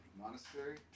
Monastery